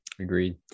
Agreed